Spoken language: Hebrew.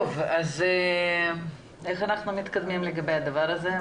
איך אנחנו מתקדמים לגבי הדבר הזה?